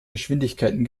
geschwindigkeiten